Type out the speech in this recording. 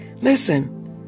Listen